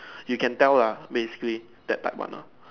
you can tell lah basically that type one lah